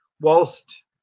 whilst